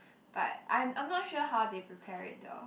but I'm I'm not sure how they prepare it though